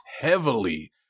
heavily